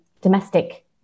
domestic